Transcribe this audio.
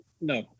no